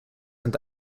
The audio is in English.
and